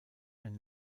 ein